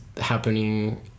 happening